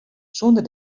sûnder